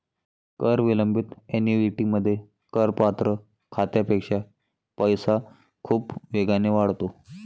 कर विलंबित ऍन्युइटीमध्ये, करपात्र खात्यापेक्षा पैसा खूप वेगाने वाढतो